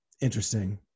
Interesting